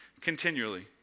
continually